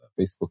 facebook